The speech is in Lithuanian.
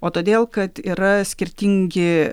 o todėl kad yra skirtingi